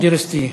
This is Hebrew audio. דיר-איסתיא.